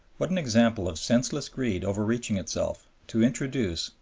what an example of senseless greed overreaching itself, to introduce,